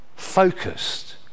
focused